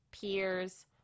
peers